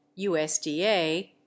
USDA